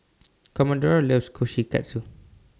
Commodore loves Kushikatsu